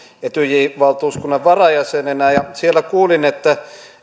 etyj valtuuskunnan varajäsenenä ja siellä kuulin että